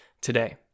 today